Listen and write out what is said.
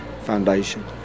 Foundation